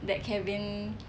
that kevin